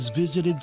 visited